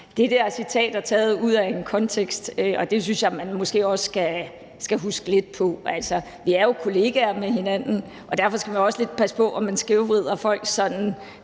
Det her citat er taget ud af en kontekst, og det synes jeg man måske også skal huske lidt på. Altså, vi er jo hinandens kollegaer, og derfor skal vi også passe lidt på med sådan